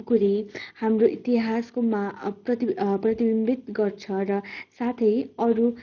खुकुरी हाम्रो इतिहासमा प्रति प्रतिविम्बित गर्छ र साथै अरू